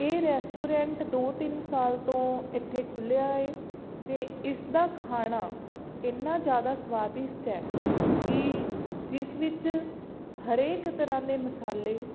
ਇਹ ਰੈਸਟੋਰੈਂਟ ਦੋ ਤਿੰਨ ਸਾਲ ਤੋਂ ਇੱਥੇ ਖੁੱਲਿਆ ਹੈ ਅਤੇ ਇਸ ਦਾ ਖਾਣਾ ਇੰਨਾ ਜ਼ਿਆਦਾ ਸਵਾਦਿਸ਼ਟ ਹੈ ਕਿ ਜਿਸ ਵਿੱਚ ਹਰੇਕ ਤਰ੍ਹਾਂ ਦੇ ਮਸਾਲੇ